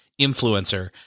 influencer